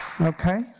Okay